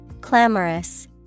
Clamorous